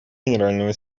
генерального